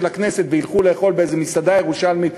הכנסת וילכו לאכול באיזו מסעדה ירושלמית.